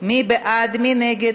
ועוברת לוועדת